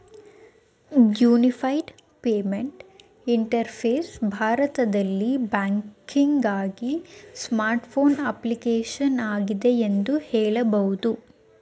unified payment interface ಭಾರತದಲ್ಲಿ ಬ್ಯಾಂಕಿಂಗ್ಆಗಿ smart phone application ಆಗಿದೆ ಎಂದು ಹೇಳಬಹುದು